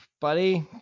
Buddy